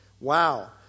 Wow